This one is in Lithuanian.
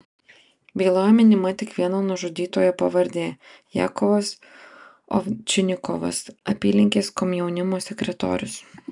byloje minima tik vieno nužudytojo pavardė jakovas ovčinikovas apylinkės komjaunimo sekretorius